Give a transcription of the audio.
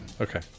Okay